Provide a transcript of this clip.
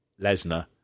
Lesnar